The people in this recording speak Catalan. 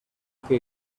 que